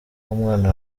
w’umwana